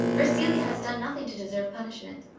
for celia has done nothing to deserve punishment.